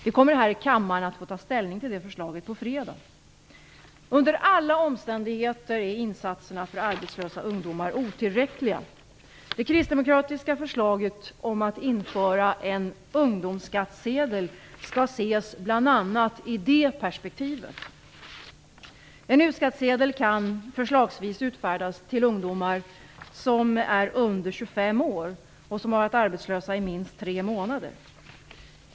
Vi kommer att här i kammaren få ta ställning till det förslaget på fredag. Under alla omständigheter är insatserna för arbetslösa ungdomar otillräckliga. Det kristdemokratiska förslaget om att införa en ungdomsskattsedel skall ses bl.a. i det perspektivet. En U-skattsedel kan förslagsvis utfärdas till ungdomar som är under 25 år och som har varit arbetslösa i minst tre månader.